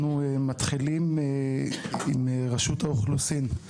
אנחנו מתחילים עם רשות האוכלוסין;